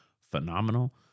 phenomenal